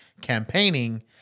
campaigning